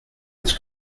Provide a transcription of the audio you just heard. its